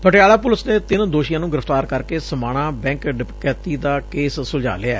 Patiala police ਨੇ ਤਿੰਨ ਦੋਸ਼ੀਆਂ ਨੂੰ ਗ੍ਰਿਫ਼ਤਾਰ ਕਰਕੇ ਸਮਾਣਾ ਬੈਂਕ ਡਕੈਤੀ ਦਾ ਕੇਸ ਸੁਲਝਾਅ ਲਿਐ